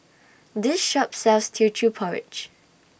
This Shop sells Teochew Porridge